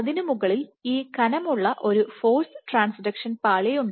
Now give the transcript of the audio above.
അതിനുമുകളിൽ ഈ കനമുള്ള ഒരു ഫോഴ്സ് ട്രാൻസ്ഡക്ഷൻ പാളി ഉണ്ട്